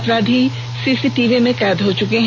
अपराधी सीसीटीवी में कैद हो चुके हैं